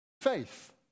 Faith